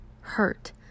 hurt